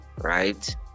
right